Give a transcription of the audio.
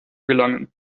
gelangen